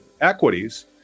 equities